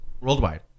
Worldwide